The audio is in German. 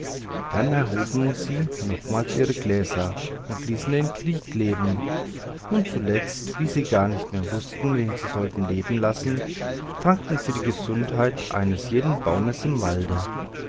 dann erhoben sie nochmals ihre gläser und ließen den krieg leben und zuletzt wie sie gar nicht mehr wußten wen sie sollten leben lassen tranken sie die gesundheit eines jeden baumes im walde